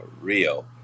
Rio